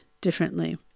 differently